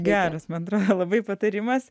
geras man atrodo labai patarimas